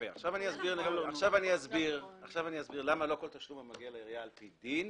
עכשיו אסביר למה לא כל תשלום המגיע לעירייה על פי דין